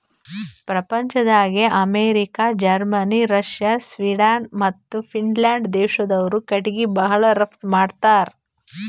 ಪ್ರಪಂಚ್ದಾಗೆ America, Germany, Russia, Sweden ಮತ್ತ್ Finland ದೇಶ್ದವ್ರು ಕಟಿಗಿ ಭಾಳ್ ರಫ್ತು ಮಾಡತ್ತರ್